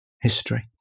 history